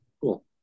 cool